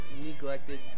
neglected